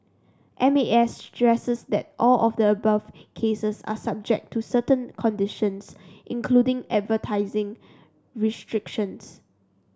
M A S stresses that all of the above cases are subject to certain conditions including advertising restrictions